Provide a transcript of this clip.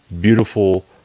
beautiful